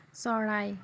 চৰাই